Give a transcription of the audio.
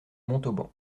montauban